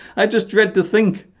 i just dread to think